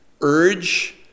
urge